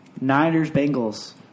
Niners-Bengals